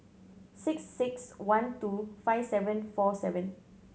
six six one two five seven four seven